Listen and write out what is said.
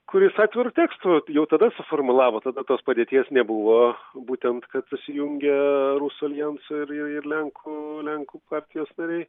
kuris atviru tekstu jau tada suformulavo tada tos padėties nebuvo būtent kad susijungia rusų aljanso ir ir lenkų lenkų partijos nariai